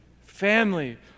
family